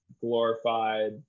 glorified